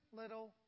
little